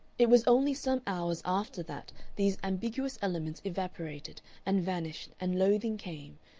it was only some hours after that these ambiguous elements evaporated and vanished and loathing came,